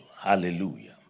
Hallelujah